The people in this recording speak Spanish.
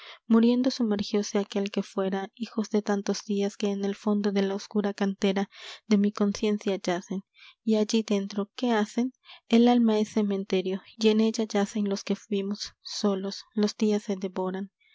qué ha sido muriendo sumergióse aquel que fuera hijos de tantos días que en el fondo de la oscura cantera de mi conciencia yacen y allí dentro qué hacen el alma es cementerio y en ella yacen los que fuimos solos los días se devoran